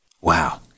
Wow